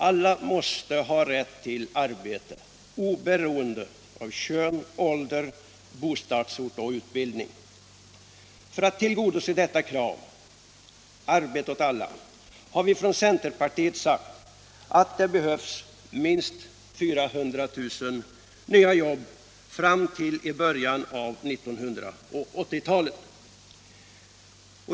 Alla måste ha rätt till arbete, oberoende av kön, ålder, bostadsort och utbildning. För att tillgodose kravet, arbete åt alla, har vi i centerpartiet sagt, att det behövs minst 400 000 nya jobb fram till början av 1980-talet.